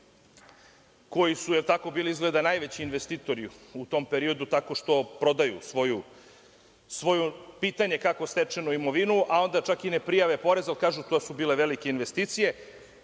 koji su izgleda bili najveći investitori u tom periodu tako što prodaju svoju, pitanje je kako, stečenu imovinu, a onda čak i ne prijave porez, jer kažu da su to bile velike investicije.